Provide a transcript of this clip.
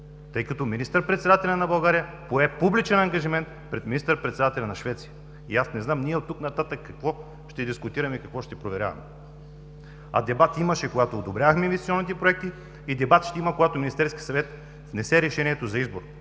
тъй като министър-председателят на България пое публичен ангажимент пред министър-председателят на Швеция? И аз не знам ние от тук нататък какво ще дискутираме и какво ще проверяваме. А дебат имаше, когато одобрявахме инвестиционните проекти. Дебат ще има, когато Министерският съвет внесе решението за избор,